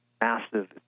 Massive